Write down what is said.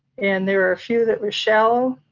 and there were a few that were shallow,